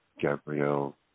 Gabriel